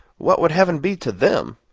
what would heaven be, to them?